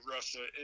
Russia